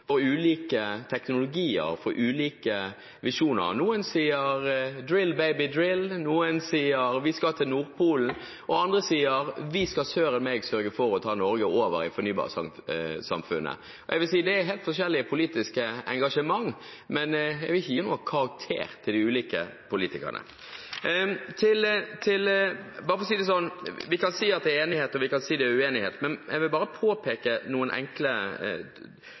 for ulike teknologier, for ulike visjoner. Noen sier «drill, baby, drill», noen sier vi skal til Nordpolen, og andre sier at vi søren meg skal sørge for å ta Norge over til fornybarsamfunnet. Jeg vil si at det er helt forskjellige politiske engasjement, men jeg vil ikke gi noen karakter til de ulike politikerne. Vi kan si at det er enighet, og vi kan si det er uenighet, men jeg vil bare påpeke tre enkle